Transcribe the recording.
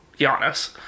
Giannis